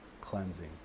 cleansing